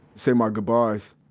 say my goodbyes.